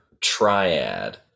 triad